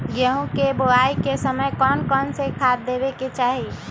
गेंहू के बोआई के समय कौन कौन से खाद देवे के चाही?